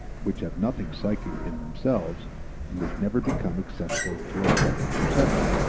which have nothing psychic in themselves and which never become accessible to our psychic perception,